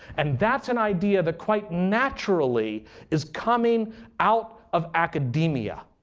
and that's an idea that quite naturally is coming out of academia.